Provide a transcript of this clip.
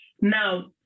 now